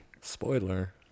Spoiler